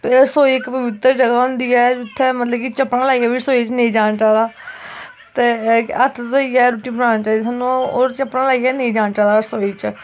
ते रसोई उत्थें जगह् होंदी ऐ जित्थें चप्पलां लाइयै बी रसोई नी जाना चाहिदा ते हत्थ धोइयै बनानी चाहिदी सानू चप्पलां लाइयै नेईं जाना चाहिदा सानू